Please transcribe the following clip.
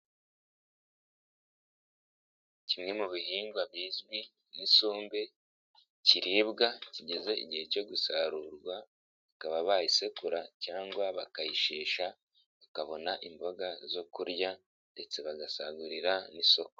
Kimwe mu bihingwa bizwi n'isumbe kiribwa kigeze igihe cyo gusarurwa, ikaba bayisekura cyangwa bakayishisha bakabona imboga zo kurya ndetse bagasagurira n'isoko.